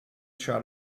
shot